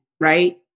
right